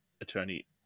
attorney